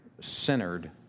centered